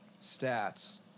stats